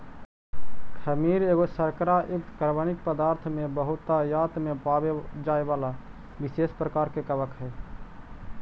खमीर एगो शर्करा युक्त कार्बनिक पदार्थ में बहुतायत में पाबे जाए बला विशेष प्रकार के कवक हई